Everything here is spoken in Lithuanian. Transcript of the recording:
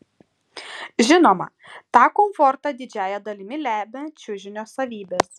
žinoma tą komfortą didžiąja dalimi lemia čiužinio savybės